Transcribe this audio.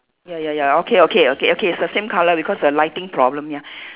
ya ya ya okay okay okay okay it's the same colour because the lighting problem ya